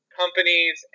companies